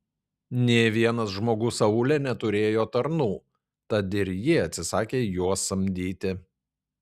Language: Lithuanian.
nė vienas žmogus aūle neturėjo tarnų tad ir ji atsisakė juos samdyti